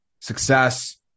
success